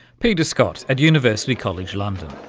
peter scott at university college london.